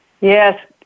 Yes